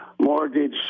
mortgage